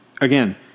again